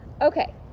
Okay